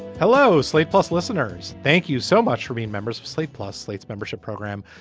hello. slate plus listeners thank you so much for being members of slate plus slate's membership program.